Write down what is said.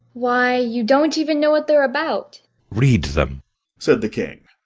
why, you don't even know what they're about read them said the king.